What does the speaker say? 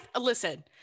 listen